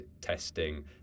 testing